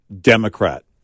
Democrat